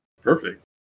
Perfect